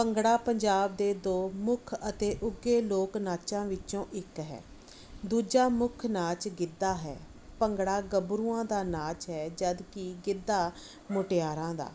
ਭੰਗੜਾ ਪੰਜਾਬ ਦੇ ਦੋ ਮੁੱਖ ਅਤੇ ਉੱਘੇ ਲੋਕ ਨਾਚਾਂ ਵਿੱਚੋਂ ਇੱਕ ਹੈ ਦੂਜਾ ਮੁੱਖ ਨਾਚ ਗਿੱਦਾ ਹੈ ਭੰਗੜਾ ਗੱਭਰੂਆਂ ਦਾ ਨਾਚ ਹੈ ਜਦੋਂ ਕਿ ਗਿੱਧਾ ਮੁਟਿਆਰਾਂ ਦਾ